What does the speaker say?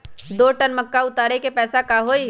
दो टन मक्का उतारे के पैसा का होई?